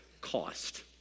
Cost